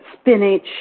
spinach